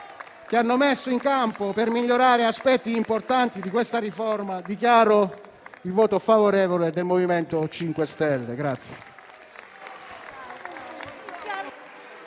che hanno messo in campo per migliorare aspetti importanti di questa riforma, dichiaro il voto favorevole del MoVimento 5 Stelle.